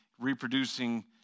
reproducing